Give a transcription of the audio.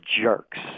jerks